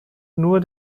nur